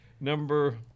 number